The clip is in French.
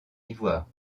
ivoire